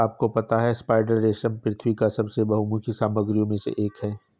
क्या आपको पता है स्पाइडर रेशम पृथ्वी पर सबसे बहुमुखी सामग्रियों में से एक है?